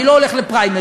אני לא הולך לפריימריז.